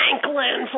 Franklin